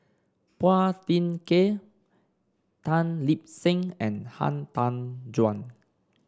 Phua Thin Kiay Tan Lip Seng and Han Tan Juan